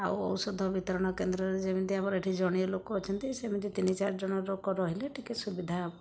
ଆଉ ଔଷଧ ବିତରଣ କେନ୍ଦ୍ରରେ ଯେମିତି ଆମର ଏ'ଠି ଜଣିଏ ଲୋକ ଅଛନ୍ତି ସେମିତି ତିନି ଚାରି ଜଣ ଲୋକ ରହିଲେ ଟିକିଏ ସୁବିଧା ହେବ